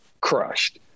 crushed